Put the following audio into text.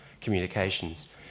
communications